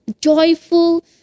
joyful